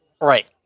Right